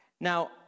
Now